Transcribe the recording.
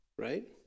Right